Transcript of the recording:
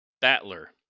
battler